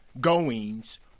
goings